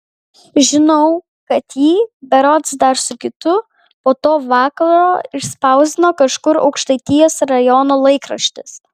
žinau kad jį berods dar su kitu po to vakaro išspausdino kažkur aukštaitijos rajono laikraštis